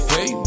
Hey